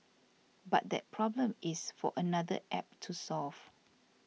but that problem is for another App to solve